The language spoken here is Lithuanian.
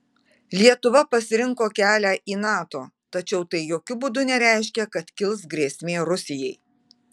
lietuva pasirinko kelią į nato tačiau tai jokiu būdu nereiškia kad kils grėsmė rusijai